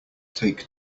take